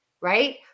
Right